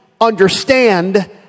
understand